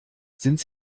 sind